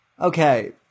okay